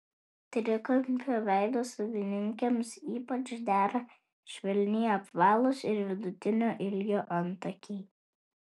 trikampio veido savininkėms ypač dera švelniai apvalūs ir vidutinio ilgio antakiai